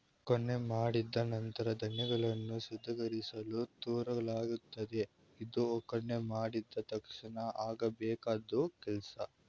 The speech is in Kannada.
ಒಕ್ಕಣೆ ಮಾಡಿದ ನಂತ್ರ ಧಾನ್ಯಗಳನ್ನು ಶುದ್ಧೀಕರಿಸಲು ತೂರಲಾಗುತ್ತದೆ ಇದು ಒಕ್ಕಣೆ ಮಾಡಿದ ತಕ್ಷಣ ಆಗಬೇಕಾದ್ ಕೆಲ್ಸ